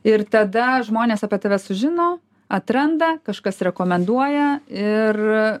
ir tada žmonės apie tave sužino atranda kažkas rekomenduoja ir